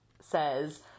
says